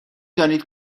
دانید